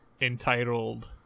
entitled